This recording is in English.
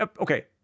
Okay